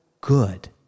good